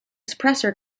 suppressor